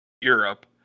Europe –